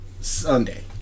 Sunday